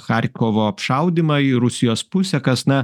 charkovo apšaudymą į rusijos pusę kas na